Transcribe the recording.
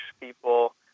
people